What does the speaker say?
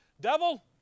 Devil